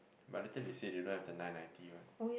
but later they say they don't have the nine ninety one